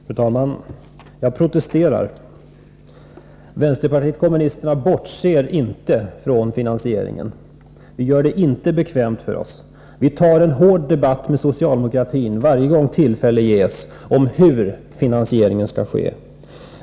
Fru talman! Jag protesterar! Vänsterpartiet kommunisterna bortser inte från finansieringen. Vi gör det inte bekvämt för oss. Vi tar varje gång tillfälle ges en hård debatt med socialdemokratin om hur finansieringen skall ske.